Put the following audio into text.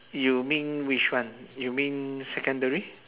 you mean which one you mean secondary